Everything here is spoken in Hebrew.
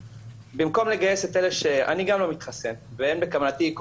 שבמקום לגייס את אלה אני גם לא מתחסן ואין בכוונתי,